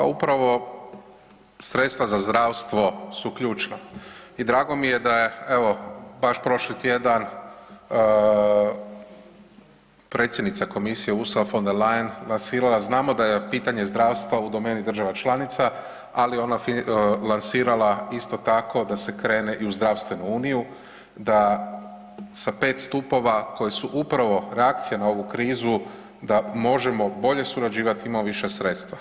Pa upravo sredstva za zdravstvo su ključna i drago mi je da evo baš prošli tjedan predsjednica komisije Ursula von der Leyen … [[Govornik se ne razumije]] znamo da je pitanje zdravstva u domeni država članica, ali je ona lansirala isto tako da se krene i u zdravstvenu uniju, da sa 5 stupova koji su upravo reakcija na ovu krizu da možemo bolje surađivati imamo više sredstva.